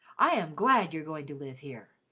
i am glad you are going to live here.